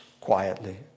quietly